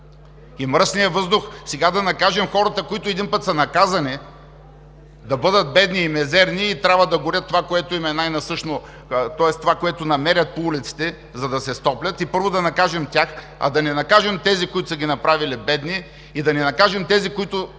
с мръсния въздух ще накажем хората, които един път са наказани да бъдат бедни и мизерни, трябва да горят това, което им е най-насъщно, това, което намерят по улиците, за да се стоплят и да накажем тях, а да не накажем тези, които са ги направили бедни, а да не накажем тези, които